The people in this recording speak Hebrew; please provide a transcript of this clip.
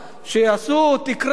שיעשו תקרה.